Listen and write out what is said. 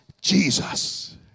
Jesus